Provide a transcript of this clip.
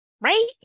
right